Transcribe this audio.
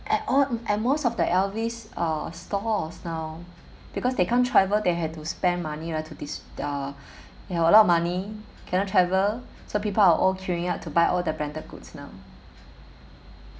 at all at most of the L_V's uh stalls now because they can't travel they had to spend money right to this uh they have a lot of money cannot travel so people are all queueing up to buy all the branded goods now